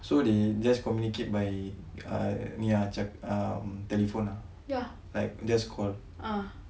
so they just communicate by ni ah cam telephone ah like just call